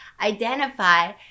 identify